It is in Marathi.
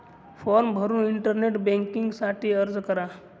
फॉर्म भरून इंटरनेट बँकिंग साठी अर्ज करा